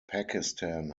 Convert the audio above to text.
pakistan